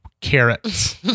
Carrots